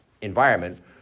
environment